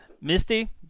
Misty